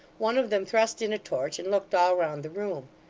one of them thrust in a torch and looked all round the room.